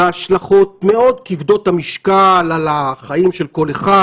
והשלכות מאוד כבדות המשקל על החיים של כל אחד,